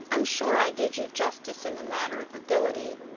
i'm sure i did you justice in the matter of ability.